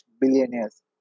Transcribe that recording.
billionaires